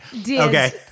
Okay